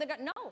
no